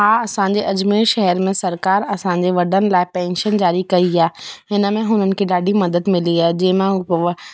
हा असांजे अजमेर शहर में सरकारि असांजे वॾनि लाइ पेंशन जारी कई आहे हिन में हुननि खे ॾाढी मदद मिली आहे जंहिं मां उहे